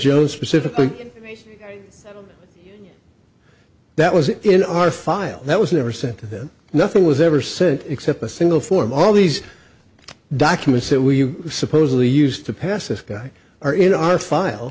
oe specifically that was in our file that was never sent to them nothing was ever sent except a single form all these documents that we supposedly used to pass this guy are in our file